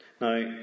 now